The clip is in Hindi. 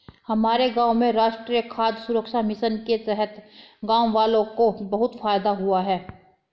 हमारे गांव में राष्ट्रीय खाद्य सुरक्षा मिशन के तहत गांववालों को बहुत फायदा हुआ है